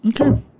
Okay